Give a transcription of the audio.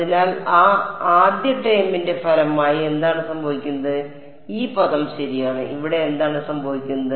അതിനാൽ ആ ആദ്യ ടേമിന്റെ ഫലമായി എന്താണ് സംഭവിക്കുന്നത് ഈ പദം ശരിയാണ് ഇവിടെ എന്താണ് സംഭവിക്കുന്നത്